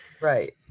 Right